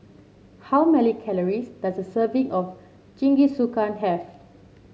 how many calories does a serving of Jingisukan have